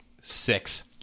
Six